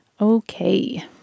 okay